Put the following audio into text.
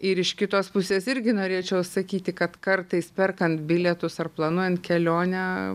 ir iš kitos pusės irgi norėčiau sakyti kad kartais perkant bilietus ar planuojant kelionę